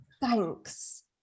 Thanks